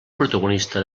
protagonista